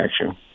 action